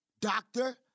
doctor